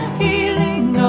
healing